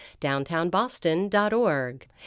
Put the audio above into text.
downtownboston.org